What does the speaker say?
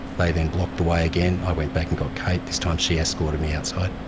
they then blocked the way again, i went back and got kate, this time she escorted me outside.